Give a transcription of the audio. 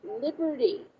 Liberty